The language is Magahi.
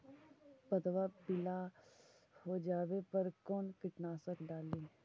पतबा पिला हो जाबे पर कौन कीटनाशक डाली?